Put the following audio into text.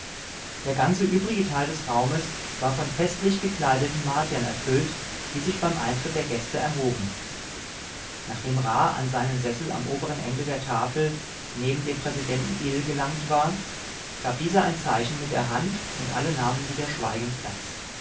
der ganze übrige teil des raumes war von festlich gekleideten martiern erfüllt die sich beim eintritt der gäste erhoben nachdem ra an seinen sessel am oberen ende der tafel neben dem präsidenten ill gelangt war gab dieser ein zeichen mit der hand und alle nahmen wieder